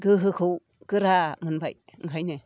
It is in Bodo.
गोहोखौ गोरा मोनबाय ओंखायनो